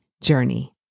journey